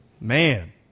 man